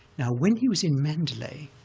now, when he was in mandalay,